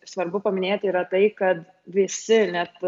svarbu paminėti yra tai kad visi net